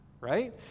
right